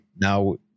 now